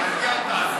גברתי היושבת-ראש,